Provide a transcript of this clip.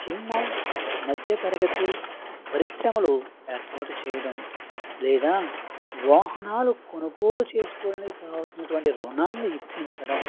చిన్న మధ్య తరగతి పరిశ్రమలు ఏర్పాటు చేయడం లేదా వాహనాలు కొనుగోలు చేయడానికి కావాల్సినటువంటి రుణాలని ఇప్పించడం